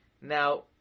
Now